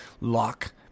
lock